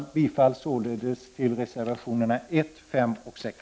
Således yrkar jag bifall till reservationerna 1, 5 och 6.